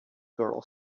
girl